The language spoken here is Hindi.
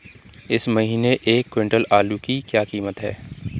इस महीने एक क्विंटल आलू की क्या कीमत है?